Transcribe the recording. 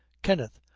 kenneth,